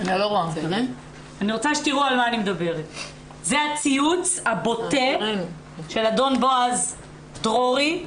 זה הציוץ הבוטה של אדון בועז דרורי.